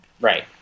right